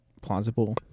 plausible